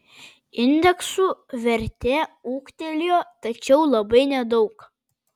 indeksų vertė ūgtelėjo tačiau labai nedaug